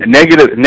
negative